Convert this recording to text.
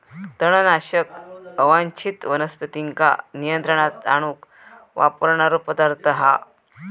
तणनाशक अवांच्छित वनस्पतींका नियंत्रणात आणूक वापरणारो पदार्थ हा